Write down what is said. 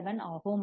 707 ஆகும்